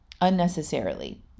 unnecessarily